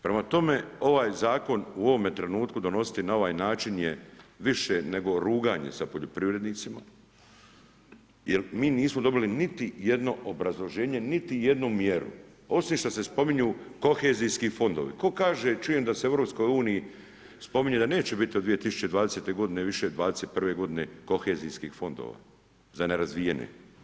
Prema tome, ovaj zakon u ovome trenutku donositi na ovaj način nije više nego nego ruganje sa poljoprivrednicima, jer mi nismo dobili niti jedno obrazloženje, niti jednu mjeru, osim što se spominju kohezijski fondovi, tko kaže čujem da se u EU spominje da neće biti do 2020 g. više '21. g. kohezijskih fondova za nerazvijene.